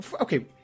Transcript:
Okay